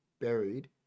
buried